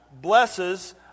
blesses